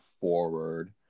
forward